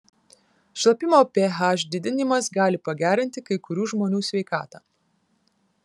šlapimo ph didinimas gali pagerinti kai kurių žmonių sveikatą